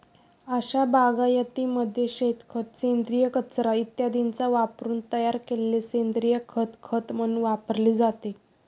अशा बागायतीमध्ये शेणखत, सेंद्रिय कचरा इत्यादींचा वापरून तयार केलेले सेंद्रिय खत खत म्हणून वापरले जाते